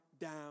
down